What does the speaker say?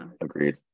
Agreed